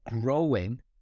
growing